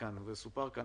כפי שסופר כאן,